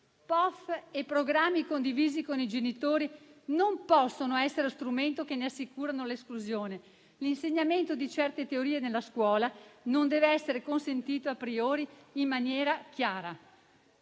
POF e programmi condivisi con i genitori non possono essere uno strumento che ne assicura l'esclusione. L'insegnamento di certe teorie nella scuola non deve essere consentito a priori, in maniera chiara.